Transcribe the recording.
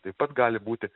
taip pat gali būti